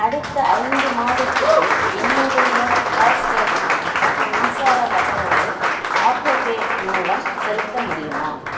அடுத்த ஐந்து மாதத்துக்கு என்னுடைய ஃபாஸ்டேக் மற்றும் மின்சார கட்டணங்களை ஆட்டோபே மூலம் செலுத்த முடியுமா